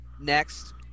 Next